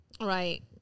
right